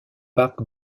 parc